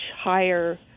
higher